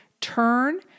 turn